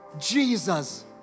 Jesus